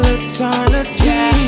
eternity